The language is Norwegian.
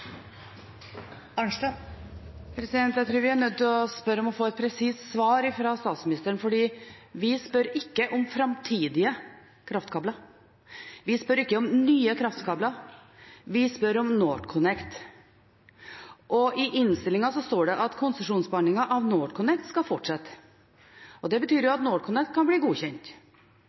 Arnstad – til oppfølgingsspørsmål. Jeg tror vi er nødt til å be om å få et presist svar fra statsministeren, for vi spør ikke om framtidige kraftkabler. Vi spør ikke om nye kraftkabler. Vi spør om NorthConnect. I innstillingen står det at konsesjonsbehandlingen av NorthConnect skal fortsette, og det betyr jo at NorthConnect kan bli godkjent.